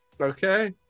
Okay